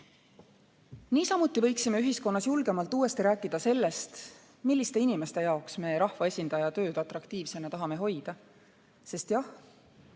Niisamuti võiksime ühiskonnas julgemalt uuesti rääkida sellest, milliste inimeste jaoks me rahvaesindaja tööd atraktiivsena tahame hoida. Sest jah